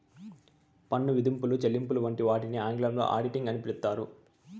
పన్ను విధింపులు, చెల్లింపులు వంటి వాటిని ఆంగ్లంలో ఆడిటింగ్ అని పిలుత్తారు